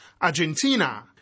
Argentina